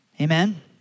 Amen